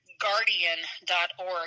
guardian.org